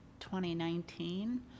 2019